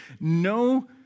No